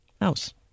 house